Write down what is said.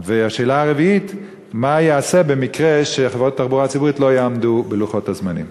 4. מה ייעשה במקרה שחברות התחבורה הציבורית לא יעמדו בלוחות הזמנים?